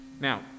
Now